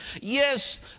Yes